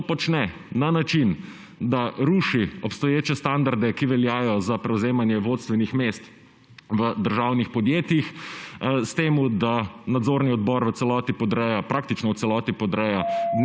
To počne na način, da ruši obstoječe standarde, ki veljajo za prevzemanje vodstvenih mest v državnih podjetjih, s tem da nadzorni odbor v celoti podreja, praktično v celoti podreja